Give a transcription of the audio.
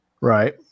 Right